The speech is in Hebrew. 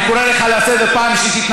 אני קורא אותך לסדר פעם שלישית.